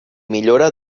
millora